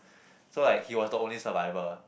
so like he was the only survivor